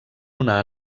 una